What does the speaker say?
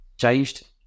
changed